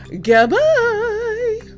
Goodbye